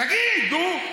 תגיד, נו.